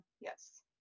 Yes